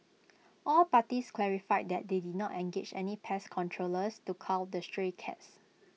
all parties clarified that they did not engage any pest controllers to cull the stray cats